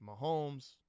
Mahomes